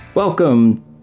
Welcome